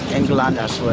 england as well.